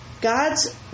God's